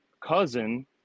cousin